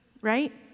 right